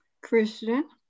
christian